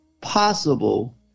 possible